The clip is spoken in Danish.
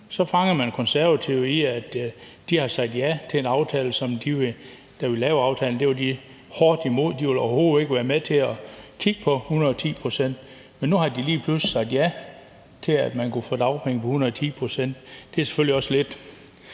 så fanger man Konservative i, at de har sagt ja til en aftale, som de, der vil lave aftalen, var meget imod. De ville overhovedet ikke være med til at kigge på 110 pct. Men nu har de lige pludselig sagt ja til, at man kunne få dagpenge på 110 pct. Det er selvfølgelig også en lidt